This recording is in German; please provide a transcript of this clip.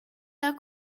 der